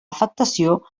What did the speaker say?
afectació